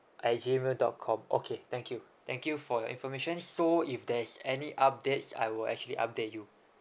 at G mail dot com okay thank you thank you for your information so if there's any updates I will actually update you